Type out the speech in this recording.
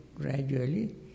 gradually